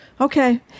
Okay